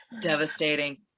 Devastating